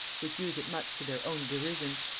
which use it much to their own derision.